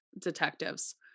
detectives